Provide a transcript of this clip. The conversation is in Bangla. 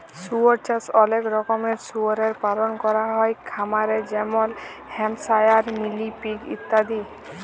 শুয়র চাষে অলেক রকমের শুয়রের পালল ক্যরা হ্যয় খামারে যেমল হ্যাম্পশায়ার, মিলি পিগ ইত্যাদি